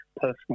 personal